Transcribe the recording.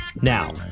now